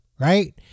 right